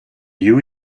you